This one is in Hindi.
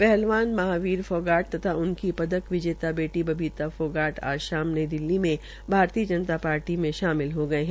पहलवान महावीर फोगाट तथा उनकी पदक विजेता बेटी बबीता फोगाट आज शाम नई दिल्ली में भारतीय जनता पार्टी में शामिल हो गये है